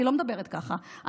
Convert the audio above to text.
אני לא מדברת ככה,